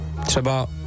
třeba